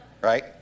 Right